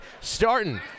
starting